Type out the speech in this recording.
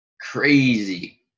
crazy